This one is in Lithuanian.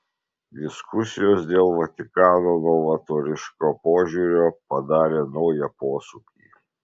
diskusijos dėl vatikano novatoriško požiūrio padarė naują posūkį